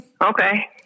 Okay